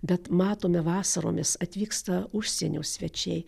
bet matome vasaromis atvyksta užsienio svečiai